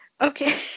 okay